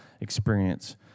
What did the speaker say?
experience